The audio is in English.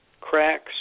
cracks